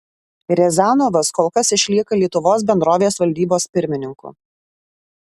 riazanovas kol kas išlieka lietuvos bendrovės valdybos pirmininku